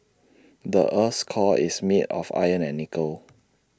the Earth's core is made of iron and nickel